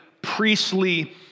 priestly